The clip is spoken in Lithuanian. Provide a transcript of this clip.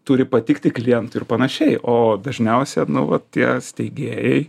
turi patikti klientui ir panašiai o dažniausia nu va tie steigėjai